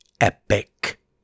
Epic